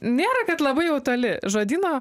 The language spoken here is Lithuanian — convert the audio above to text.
nėra kad labai jau toli žodyno